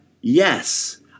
yes